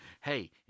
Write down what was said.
Hey